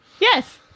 Yes